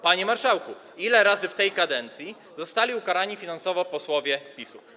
Panie marszałku, ile razy w tej kadencji zostali ukarani finansowo posłowie PiS?